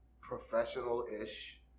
professional-ish